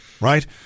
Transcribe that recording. right